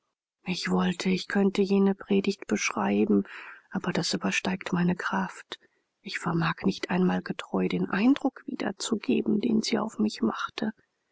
ich wollte ich könnte jene predigt beschreiben aber das übersteigt meine kraft ich vermag nicht einmal getreu den eindruck wiederzugeben den sie auf mich machte